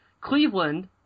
Cleveland